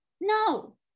no